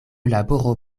laboro